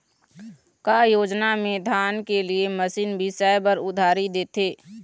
का योजना मे धान के लिए मशीन बिसाए बर उधारी देथे?